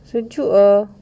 sejuk ah